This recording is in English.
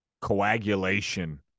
coagulation